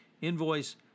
Invoice